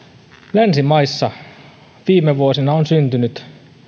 länsimaissa viime vuosina on syntynyt